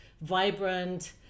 vibrant